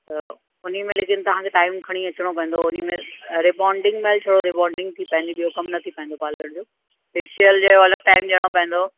त उन्ही में लेकिन तव्हांखे टाइम खणी अचिणो पवंदो उन्ही में रिबोंडिंग छड़ो रिबोंडिंग थी पाईंदी ॿियो कमु न थी पाईंदो पार्लर जो फ़ैशियल जो अलॻि टाइम ॾियणो पवंदो